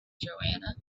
joanna